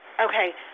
Okay